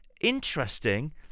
interesting